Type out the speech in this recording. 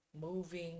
moving